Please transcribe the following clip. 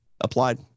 applied